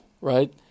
right